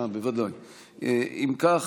אם כך,